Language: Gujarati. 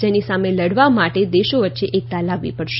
જેની સામે લડવા માટે દેશો વચ્ચે એકતા લાવવી પડશે